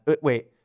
wait